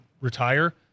retire